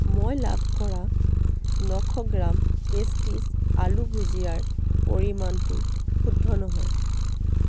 মই লাভ কৰা নশ গ্ৰাম টেষ্টীছ আলু ভুজিয়াৰ পৰিমাণটো শুদ্ধ নহয়